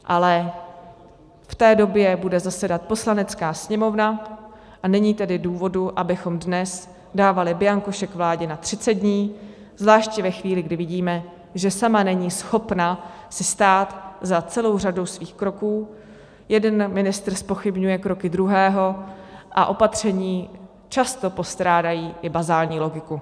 Ale v té době bude zasedat Poslanecká sněmovna, a není tedy důvodu, abychom dnes dávali bianko šek vládě na 30 dní, zvláště ve chvíli, kdy vidíme, že sama není schopna si stát za celou řadou svých kroků, jeden ministr zpochybňuje kroky druhého a opatření často postrádají i bazální logiku.